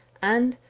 and,